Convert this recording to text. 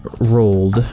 rolled